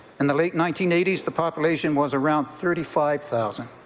and the late nineteen eighty s the population was around thirty five thousand.